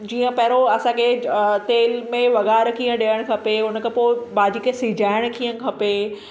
जीअं पहिरों असांखे अ तेल में वघार कीअं ॾियणु खपे उनखां पोइ भाॼी खे सिजाइणु कीअं खपे